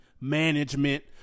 management